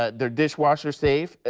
ah they are dishwasher safe,